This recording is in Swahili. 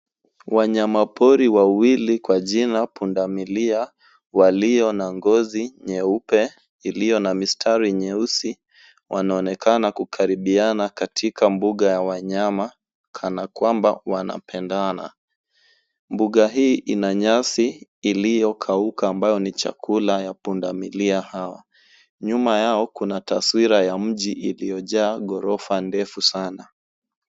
Wanyamapori wawili kwa jina pundamilia walio na ngozi nyeupe iliyo na mistari nyeusi wanaonekana kukaribiana katika mbuga ya wanyama kana kwamba wanapendana. Mbuga hii ina nyasi iliyokauka ambayo ni chakula ya pundamilia hawa. Nyuma yao kuna taswira ya mji iliyojaa ghorofa ndefu sana.